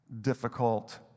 difficult